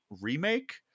remake